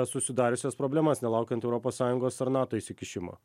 susidariusias problemas nelaukiant europos sąjungos ar nato įsikišimo